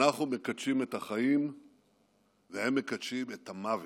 אנחנו מקדשים את החיים והם מקדשים את המוות,